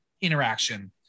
interaction